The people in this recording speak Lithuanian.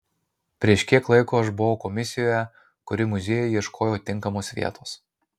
prieš kiek laiko aš buvau komisijoje kuri muziejui ieškojo tinkamos vietos